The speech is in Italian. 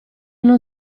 non